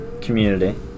community